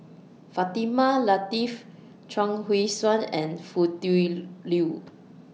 Fatimah Lateef Chuang Hui Tsuan and Foo Tui Liew